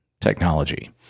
technology